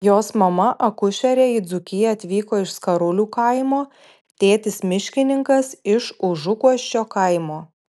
jos mama akušerė į dzūkiją atvyko iš skarulių kaimo tėtis miškininkas iš užuguosčio kaimo